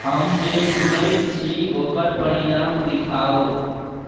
हम जे सुनैत छी ओकर परिणाम दिखाओ